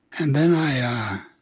and then i